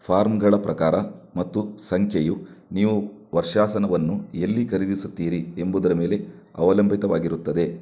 ಫಾರ್ಮ್ಗಳ ಪ್ರಕಾರ ಮತ್ತು ಸಂಖ್ಯೆಯು ನೀವು ವರ್ಷಾಸನವನ್ನು ಎಲ್ಲಿ ಖರೀದಿಸುತ್ತೀರಿ ಎಂಬುದರ ಮೇಲೆ ಅವಲಂಬಿತವಾಗಿರುತ್ತದೆ